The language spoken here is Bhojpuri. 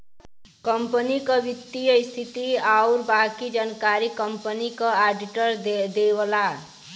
कंपनी क वित्तीय स्थिति आउर बाकी जानकारी कंपनी क आडिटर देवला